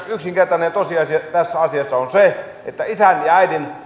yksinkertainen tosiasia tässä asiassa on se että isän ja äidin